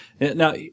Now